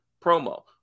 promo